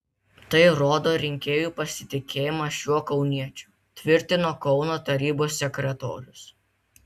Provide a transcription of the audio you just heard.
tai rodo rinkėjų pasitikėjimą šiuo kauniečiu tvirtino kauno tarybos sekretorius